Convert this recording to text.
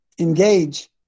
engage